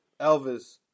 Elvis